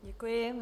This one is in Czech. Děkuji.